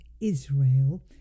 Israel